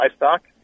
livestock